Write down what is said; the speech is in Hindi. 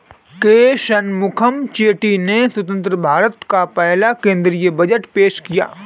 के शनमुखम चेट्टी ने स्वतंत्र भारत का पहला केंद्रीय बजट पेश किया